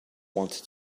wanted